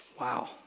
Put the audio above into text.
Wow